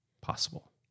possible